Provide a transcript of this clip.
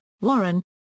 Warren